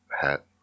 hat